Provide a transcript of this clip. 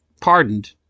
pardoned